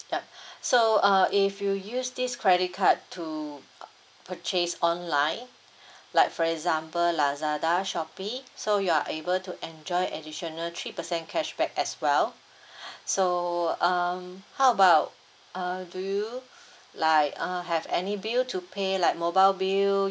yup so uh if you use this credit card to purchase online like for example lazada shopee so you are able to enjoy additional three percent cashback as well so um how about uh do you like uh have any bill to pay like mobile bill